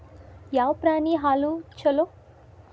ಯಾವ ಪ್ರಾಣಿ ಹಾಲು ಛಲೋ?